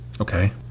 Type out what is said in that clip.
Okay